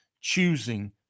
choosing